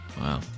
wow